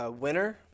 winner